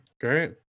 Great